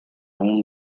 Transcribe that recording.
own